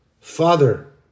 Father